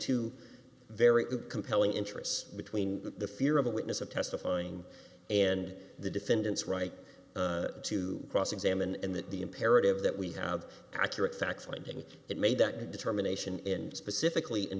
two very compelling interests between the fear of a witness of testifying and the defendant's right to cross examine and that the imperative that we have accurate facts finding that made that determination in specifically in